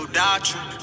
doctrine